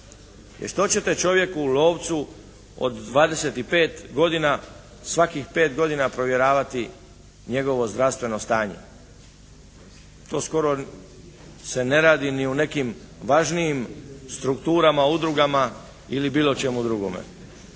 Jer što ćete čovjeku lovcu od 25 godina svakih 5 godina provjeravati njegovo zdravstveno stanje? To skoro se ne radi ni u nekim važnijim strukturama, udrugama ili bilo čemu drugome.